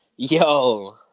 yo